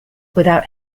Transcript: without